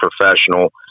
professional